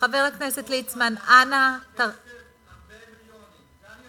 חבר הכנסת ליצמן, אנא, את זה אני יודע.